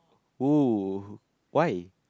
!wow! why